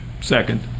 Second